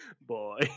Boy